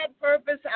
purpose